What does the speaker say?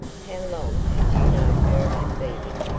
how long had you known her at vevey?